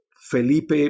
Felipe